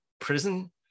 prison